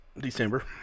December